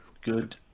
Good